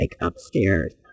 upstairs